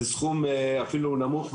זה סכום אפילו נמוך,